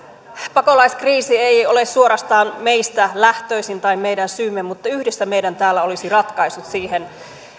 pakolaiskriisi ei ole suorastaan meistä lähtöisin tai meidän syymme mutta yhdessä meidän täällä olisi ratkaisut siihen